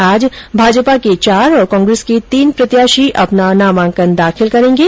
आज भाजपा के चार और कांग्रेस के तीन प्रत्याशी अपना नामांकन दाखिल करेंगे